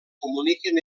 comuniquen